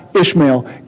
Ishmael